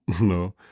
no